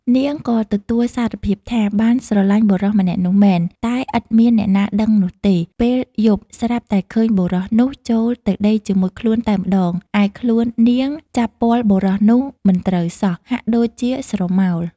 នាងក៏ទទួលសារភាពថា បានស្រឡាញ់បុរសម្នាក់នោះមែន តែឥតមានអ្នកណាដឹកនាំទេ ។ពេលយប់ស្រាប់តែឃើញបុរសនោះ ចូលទៅដេកជាមួយខ្លួនតែម្ដង ឯខ្លួននាងចាប់ពាល់បុរសនោះមិនត្រូវសោះ ហាក់ដូចជាស្រមោល ។